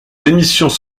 émissions